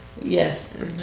Yes